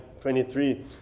23